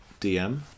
DM